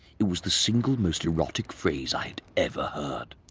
it was the single most erotic phrase i had ever heard.